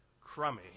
Crummy